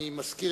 אני מזכיר